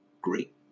great